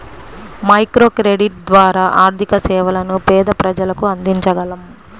microcredit ద్వారా ఆర్థిక సేవలను పేద ప్రజలకు అందించగలం